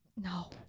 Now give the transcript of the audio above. No